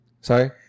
sorry